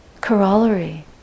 corollary